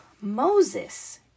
Moses